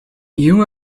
you